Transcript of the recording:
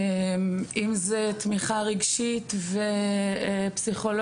אם זה תמיכה רגשית ופסיכולוג,